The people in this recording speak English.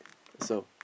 so